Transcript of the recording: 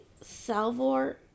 salvor